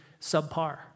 subpar